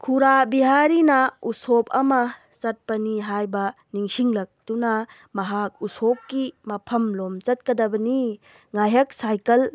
ꯈꯨꯔꯥ ꯕꯤꯍꯥꯔꯤꯅ ꯎꯁꯣꯞ ꯑꯃ ꯆꯠꯄꯅꯤ ꯍꯥꯏꯕ ꯅꯤꯡꯁꯤꯡꯂꯛꯇꯨꯅ ꯃꯍꯥꯛ ꯎꯁꯣꯞꯀꯤ ꯃꯐꯝꯂꯣꯝ ꯆꯠꯀꯗꯕꯅꯤ ꯉꯥꯏꯍꯥꯛ ꯁꯥꯏꯀꯜ